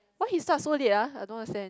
why he start so late ah I don't understand